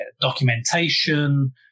documentation